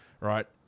right